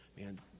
man